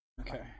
okay